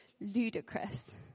ludicrous